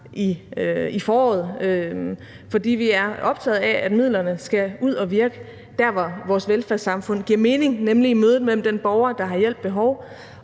i foråret, for vi er optaget af, at midlerne skal ud at virke der, hvor vores velfærdssamfund giver mening, nemlig i mødet mellem den borger, der har hjælp behov,